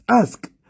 ask